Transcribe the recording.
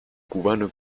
cubano